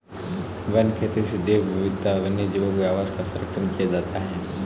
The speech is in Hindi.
वन खेती से जैव विविधता और वन्यजीवों के आवास का सरंक्षण किया जाता है